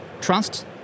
trust